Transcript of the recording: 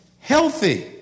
healthy